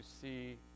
see